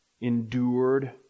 endured